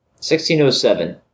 1607